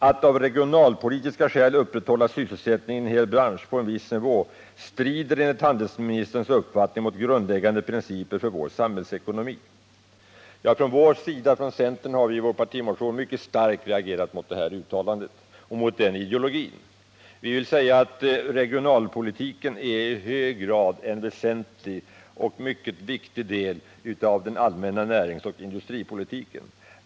Att av regionalpolitiska skäl upprätthålla sysselsättningen i en hel bransch på en viss nivå strider enligt handelsministerns uppfattning mot grundläggande principer för vår samhällsekonomi. Från centerns sida har vi i vår partimotion mycket starkt reagerat mot detta uttalande och mot denna ideologi. Vi vill säga att regionalpolitiken är i hög grad en väsentlig och mycket viktig del av den allmänna näringsoch industripolitiken.